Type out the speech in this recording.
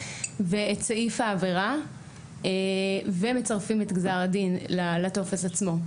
ואת סעיף העבירה ומצרפים את גזר הדין לטופס עצמו.